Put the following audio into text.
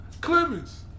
Clemens